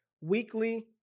weekly